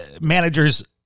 managers